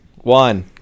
one